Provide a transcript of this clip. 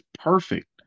perfect